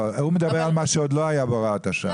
הוא מדבר על מה שעוד לא היה בהוראת השעה.